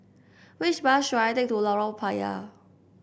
which bus should I take to Lorong Payah